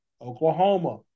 Oklahoma